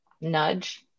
Nudge